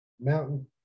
Mountain